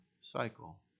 cycle